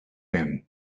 him